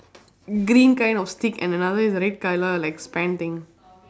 green kind of stick and another is red colour like thing